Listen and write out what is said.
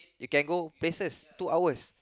you can go places two hours